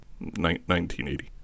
1980